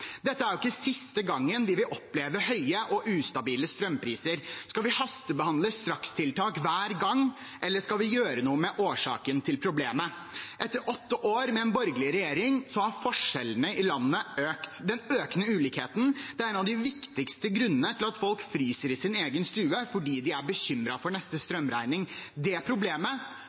Dette er ikke siste gangen vi vil oppleve høye og ustabile strømpriser. Skal vi hastebehandle strakstiltak hver gang, eller skal vi gjøre noe med årsaken til problemet? Etter åtte år med en borgerlig regjering har forskjellene i landet økt. Den økende ulikheten er en av de viktigste grunnene til at folk fryser i sin egen stue, fordi de er bekymret for neste strømregning. Det problemet